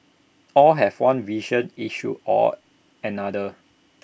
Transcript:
all have one vision issue or another